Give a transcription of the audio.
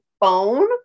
phone